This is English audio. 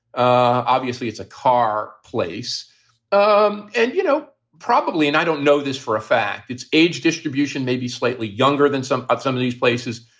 obviously, it's a car place um and, you know, probably and i don't know this for a fact. it's age distribution, maybe slightly younger than some of some of these places,